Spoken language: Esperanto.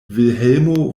vilhelmo